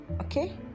Okay